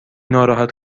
ناراحت